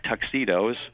tuxedos